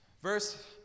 Verse